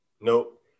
Nope